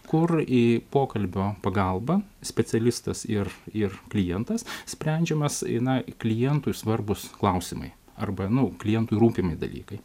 kur į pokalbio pagalba specialistas ir ir klientas sprendžiamas i na klientui svarbūs klausimai arba nu klientui rūpimi dalykai